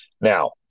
now